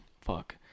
fuck